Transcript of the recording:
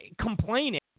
complaining